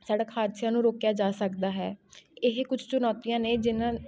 ਸੜਕ ਹਾਦਸਿਆਂ ਨੂੰ ਰੋਕਿਆ ਜਾ ਸਕਦਾ ਹੈ ਇਹ ਕੁਛ ਚੁਣੌਤੀਆਂ ਨੇ ਜਿਨ੍ਹਾਂ